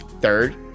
third